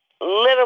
little